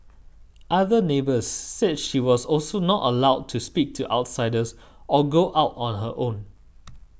other neighbours said she was also not allowed to speak to outsiders or go out on her own